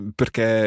perché